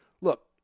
Look